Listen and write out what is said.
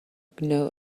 know